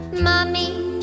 Mommy